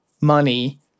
money